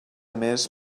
més